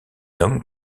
homme